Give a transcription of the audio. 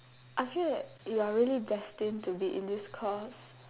I feel that you are really destined to be in this course